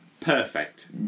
Perfect